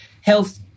health